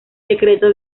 secreto